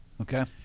okay